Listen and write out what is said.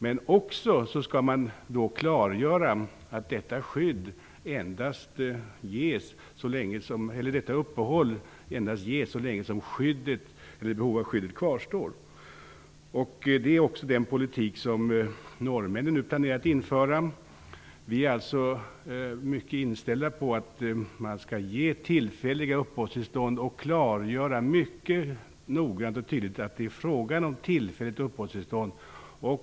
Men samtidigt skall man också klargöra att detta uppehållstillstånd endast ges så länge skyddsbehovet kvarstår. Detta är också en politik som norrmännen nu planerar att införa. Vi är i hög grad inställda på att man skall ge tillfälliga uppehållstillstånd och mycket noggrant och tydligt klargöra att det just är fråga om tillfälligt uppehållstillstånd.